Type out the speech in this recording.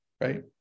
Right